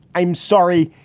i'm sorry,